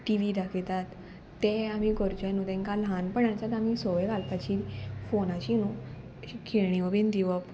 T V दाखयतात ते आमी करचे न्हू तांकां ल्हानपणाच्याच आमी सवय घालपाची फोनाची न्हू खिण्यो बीन दिवप